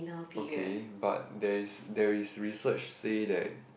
okay but there is there is research said that